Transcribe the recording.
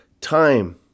Time